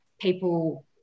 people